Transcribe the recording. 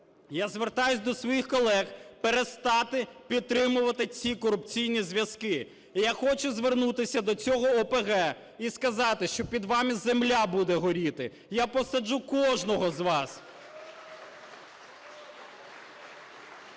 Я звертаюся до своїх колег перестати підтримувати ці корупційні зв'язки. І я хочу звернутися до цього ОПГ і сказати, що під вами земля буде горіти! Я посаджу кожного з вас!